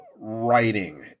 writing